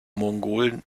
mongolen